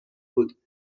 بود